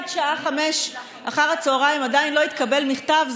אם עד שעה 17:00 עדיין לא התקבל מכתב,